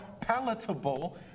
palatable